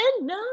no